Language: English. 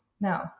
No